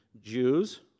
Jews